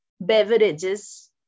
beverages